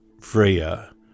Freya